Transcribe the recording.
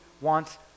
wants